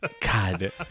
God